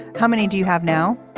how many do you have now.